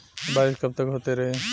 बरिस कबतक होते रही?